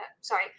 sorry